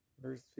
Verse